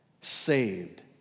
saved